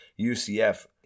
UCF